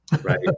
right